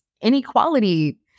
inequality